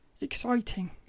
exciting